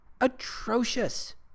Atrocious